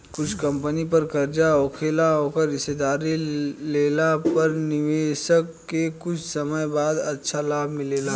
कुछ कंपनी पर कर्जा होखेला ओकर हिस्सेदारी लेला पर निवेशक के कुछ समय बाद अच्छा लाभ मिलेला